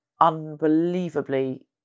unbelievably